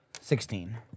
sixteen